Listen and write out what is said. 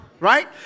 Right